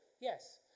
yes